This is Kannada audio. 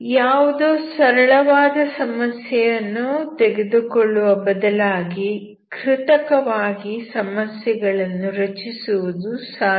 ಯಾವುದೋ ಸರಳವಾದ ಸಮಸ್ಯೆಯನ್ನು ತೆಗೆದುಕೊಳ್ಳುವ ಬದಲಾಗಿ ಕೃತಕವಾಗಿ ಸಮಸ್ಯೆಗಳನ್ನು ರಚಿಸುವುದು ಸಾಧ್ಯ